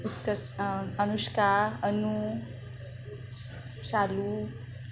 Utkarsh Anushka Anu Shalu